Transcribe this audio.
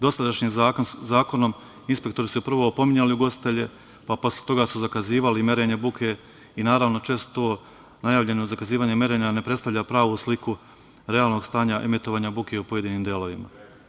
Dosadašnjim zakonom inspektori su prvo opominjali ugostitelje, posle toga su zakazivali merenje buke i naravno često najavljeno zakazivanje merenja ne predstavlja pravu sliku realnog stanja emitovanja buke u pojedinim delovima.